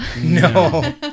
no